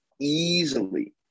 easily